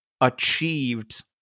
achieved